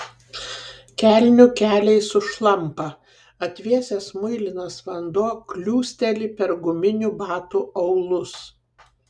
kelnių keliai sušlampa atvėsęs muilinas vanduo kliūsteli per guminių batų aulus